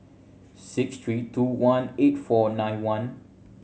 six three two one eight four nine one